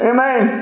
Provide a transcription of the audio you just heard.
Amen